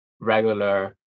regular